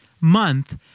month